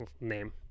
name